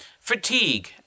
fatigue